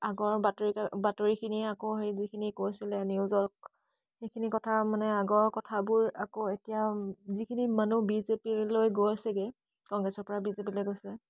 আগৰ বাতৰি কাক বাতৰিখিনিয়ে আকৌ সেই যিখিনি কৈছিলে নিউজক সেইখিনি কথা মানে আগৰ কথাবোৰ আকৌ এতিয়া যিখিনি মানুহ বিজেপিলৈ গৈছেগৈ কংগ্ৰেছৰ পৰা বিজেপিলৈ গৈছে